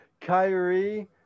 Kyrie